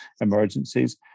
emergencies